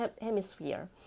Hemisphere